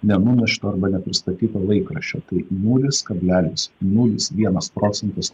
nenunešto arba nepristatyto laikraščio tai nulis kablelis nulis vienas procentas